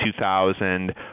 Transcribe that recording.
2000